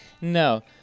No